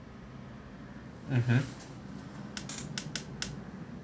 mmhmm